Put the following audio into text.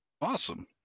Awesome